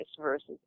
versus